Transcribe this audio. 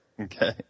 Okay